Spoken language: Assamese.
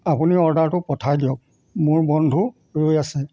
আপুনি অৰ্ডাৰটো পঠিয়াই দিয়ক মোৰ বন্ধু ৰৈ আছে